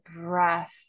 breath